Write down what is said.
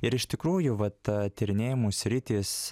ir iš tikrųjų vat tyrinėjimų sritys